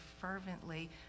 fervently